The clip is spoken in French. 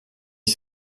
dix